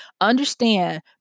understand